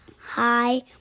Hi